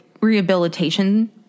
rehabilitation